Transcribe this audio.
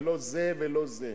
אתה לא זה ולא זה.